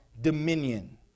dominion